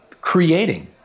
creating